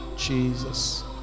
Jesus